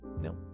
No